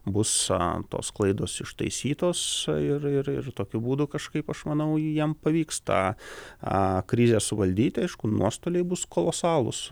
bus tos klaidos ištaisytos ir ir ir tokiu būdu kažkaip aš manau jiem pavyks tą krizę suvaldyti aišku nuostoliai bus kolosalūs